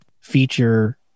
feature